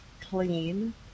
clean